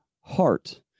heart